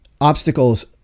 obstacles